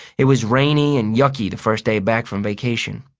it was rainy and yucky the first day back from vacation.